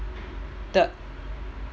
the